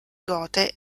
gote